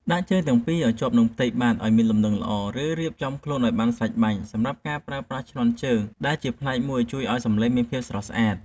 ដាក់ជើងទាំងពីរឱ្យជាប់នឹងផ្ទៃបាតឱ្យមានលំនឹងល្អ ឬរៀបចំខ្លួនឱ្យបានស្រេចបាច់សម្រាប់ការប្រើប្រាស់ឈ្នាន់ជើងដែលជាផ្នែកមួយជួយឱ្យសម្លេងមានភាពស្រស់ស្អាត។